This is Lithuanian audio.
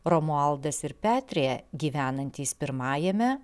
romualdas ir petrė gyvenantys pirmajame